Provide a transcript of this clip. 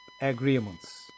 agreements